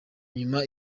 nyuma